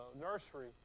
nursery